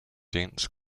dense